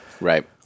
Right